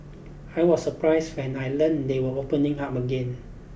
I was surprised when I learnt they were opening up again